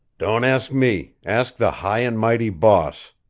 don't ask me. ask the high and mighty boss,